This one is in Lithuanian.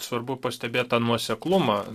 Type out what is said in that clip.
svarbu pastebėt tą nuoseklumą